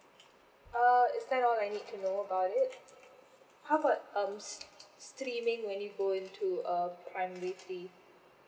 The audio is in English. uh it's that all I need to know about it how about um s~ streaming when you go into uh primary three